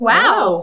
Wow